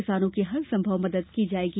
किसानों की हर संभव मद्द की जायेगी